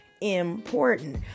important